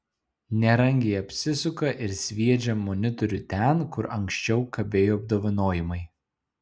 nerangiai apsisuka ir sviedžią monitorių ten kur anksčiau kabėjo apdovanojimai